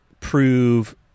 prove